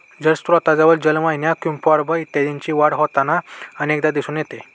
जलस्त्रोतांजवळ जलवाहिन्या, क्युम्पॉर्ब इत्यादींची वाढ होताना अनेकदा दिसून येते